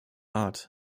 art